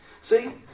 See